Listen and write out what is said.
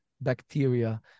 bacteria